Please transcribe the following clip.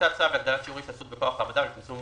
טיוטת צו צו להגדלת שיעור ההשתתפות בכוח העבודה ולצמצום